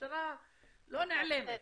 המשטרה לא נעלמת,